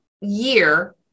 year